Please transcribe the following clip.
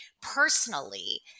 personally